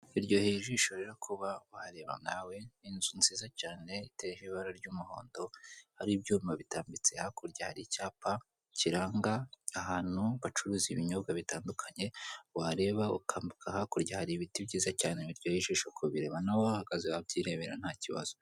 Biryoheye ijisho rero kuba wareba nawe inzu nziza cyane iteyeho ibara ry' umuhondo, hari ibyuma bitambitse hakurya hari icyapa kiranga ahantu bacuruza ibinyobwa bitandukanye, wareba ukambuka hakurya hari ibiti byiza cyane biryoheye ijisho kubireba nawe uhahagaze wabyirebera ntakibazo.